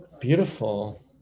Beautiful